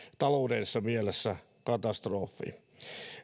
taloudellisessa mielessä katastrofi